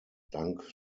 dank